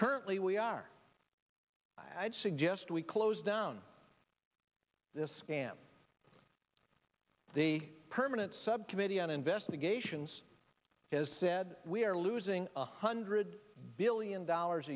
currently we are i'd suggest we close down this camp the permanent subcommittee on investigations has said we are losing one hundred billion dollars